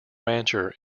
rancher